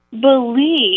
believe